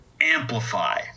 amplify